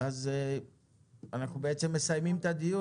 אז אנחנו בעצם מסיימים את הדיון,